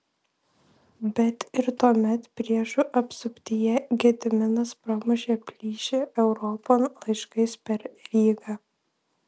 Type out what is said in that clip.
bet ir tuomet priešų apsuptyje gediminas pramušė plyšį europon laiškais per rygą